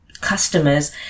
customers